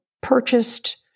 purchased